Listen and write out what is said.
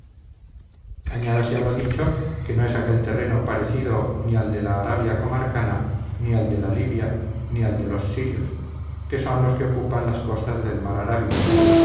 añádase a lo dicho que no es aquel terreno parecido ni al de la arabia comarcana ni al de la libia ni al de los sirios que son los que ocupan las costas del